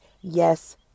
Yes